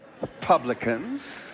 republicans